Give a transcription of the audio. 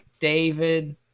David